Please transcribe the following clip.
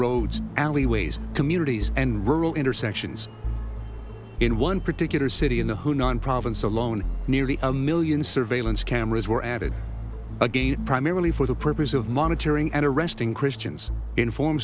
roads alleyways communities and rural intersections in one particular city in the hunan province alone nearly a million surveillance cameras were added again primarily for the purpose of monitoring and arresting christians inform